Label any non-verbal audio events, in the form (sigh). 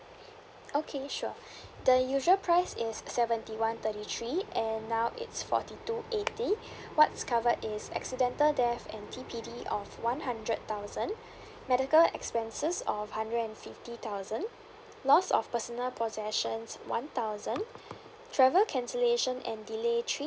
okay sure (breath) the usual price is seventy one thirty three and now it's forty two eighty what's covered is accidental death and T_P_D of one hundred thousand medical expenses of hundred and fifty thousand lost of personal possessions one thousand travel cancellation and delay three